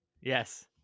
yes